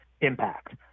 impact